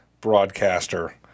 broadcaster